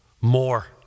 More